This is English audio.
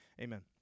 Amen